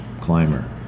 climber